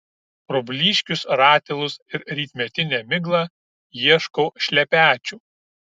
pro blyškius ratilus ir rytmetinę miglą ieškau šlepečių